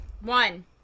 one